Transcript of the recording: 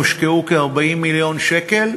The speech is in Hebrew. הושקעו כ-40 מיליון שקל.